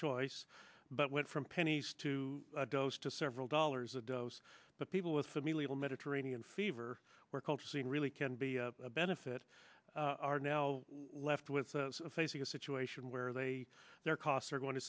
choice but went from pennies to dose to several dollars a dose but people with familial mediterranean fever were called seeing really can be a benefit are now left with facing a situation where they their costs are going to